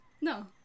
No